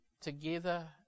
together